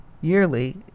yearly